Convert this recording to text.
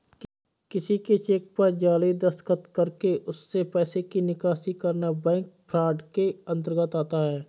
किसी के चेक पर जाली दस्तखत कर उससे पैसे की निकासी करना बैंक फ्रॉड के अंतर्गत आता है